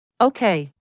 Okay